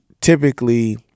typically